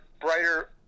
brighter